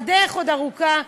והדרך עוד ארוכה,